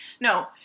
No